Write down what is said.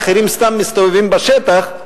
האחרים סתם מסתובבים בשטח,